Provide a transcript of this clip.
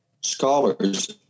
scholars